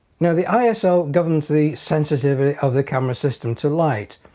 now the iso governs the sensitivity of the camera system to light.